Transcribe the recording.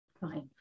Fine